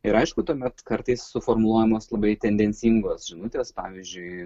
ir aišku tuomet kartais suformuluojamos labai tendencingos žinutės pavyzdžiui